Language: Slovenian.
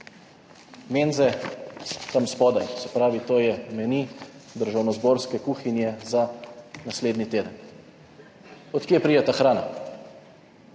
menze tam spodaj. Se pravi, to je meni državnozborske kuhinje za naslednji teden. Od kje pride ta hrana?